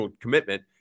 commitment